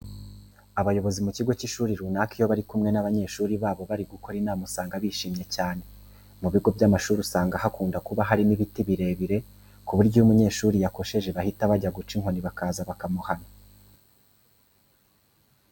Abayobozi bo mu kigo cy'ishuri runaka iyo bari kumwe n'abanyeshuri babo bari gukora inama usanga bishimye cyane. Mu bigo by'amashuri usanga hakunda kuba harimo ibiti birebire ku buryo iyo umunyeshuri yakosheje bahita bajya guca inkoni bakaza bakamuhana.